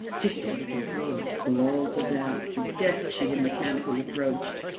she stared at the floor, the walls about, the desk she had mechanically approached.